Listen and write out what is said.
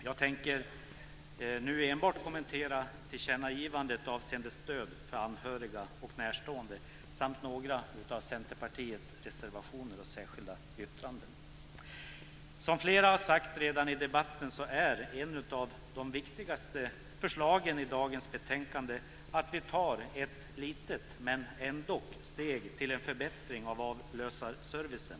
Jag tänker nu enbart kommentera tillkännagivandet avseende stöd för anhöriga och närstående samt några av Centerpartiets reservationer och särskilda yttranden. Som flera har sagt i debatten är ett av de viktigaste förslagen i dagens betänkande att vi tar ett litet, men ändock ett steg till förbättring av avlösarservicen.